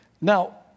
Now